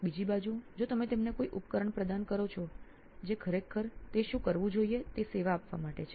બીજી બાજુ જો તમે તેમને કોઈ ઉપકરણ પ્રદાન કરો છો જે ખરેખર તે શું કરવું જોઈએ તે સેવા આપવા માટે છે